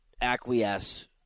acquiesce